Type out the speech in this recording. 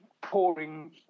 pouring